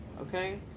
okay